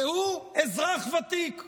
כי הוא אזרח ותיק.